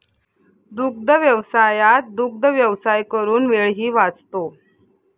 दुग्धव्यवसायात दुग्धव्यवसाय करून वेळही वाचतो